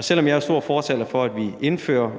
Selv om jeg er stor fortaler for, at vi indfører